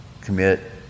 commit